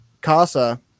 Casa